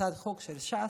הצעת חוק של ש"ס.